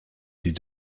die